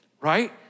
right